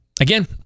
again